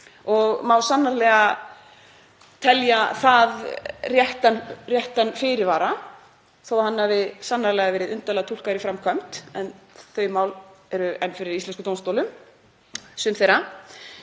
málsins. Það má telja það réttan fyrirvara þótt hann hafi sannarlega verið undarlega túlkaður í framkvæmd en þau mál eru enn fyrir íslenskum dómstólum, sum þeirra.